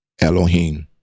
Elohim